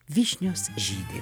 vyšnios žydi